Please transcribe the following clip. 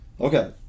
Okay